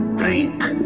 breathe